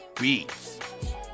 Beats